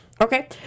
Okay